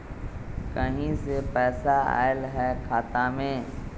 कहीं से पैसा आएल हैं खाता में?